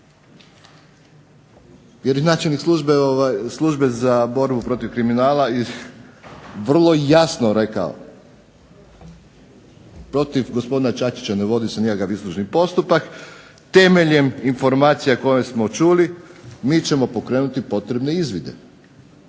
Jer i načelnik Službe za borbu protiv kriminala je vrlo jasno rekao protiv gospodina Čačića ne vodi se nikakav istražni postupak. Temeljem informacija koje smo čuli mi ćemo pokrenuti potrebne izvide.